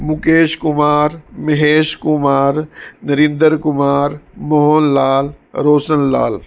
Mukesh Kumar Mahesh Kumar Narinder Kumar Mohan Lal Roshan Lal